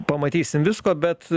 pamatysim visko bet